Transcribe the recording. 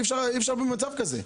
ואי אפשר להמשיך במצב כזה.